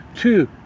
two